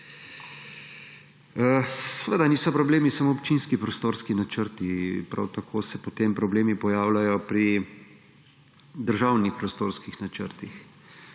Seveda niso problemi samo občinski prostorski načrti, prav tako se potem problemi pojavljajo pri državnih prostorskih načrtih.